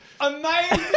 Amazing